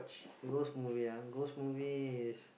ghost movie ah ghost movie is